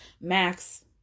Max